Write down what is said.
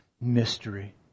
mystery